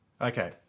Okay